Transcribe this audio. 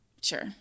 Sure